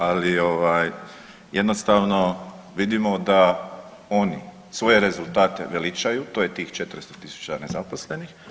Ali jednostavno vidimo da oni svoje rezultate veličaju, to je tih 400 000 nezaposlenih.